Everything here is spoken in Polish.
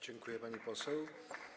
Dziękuję, pani poseł.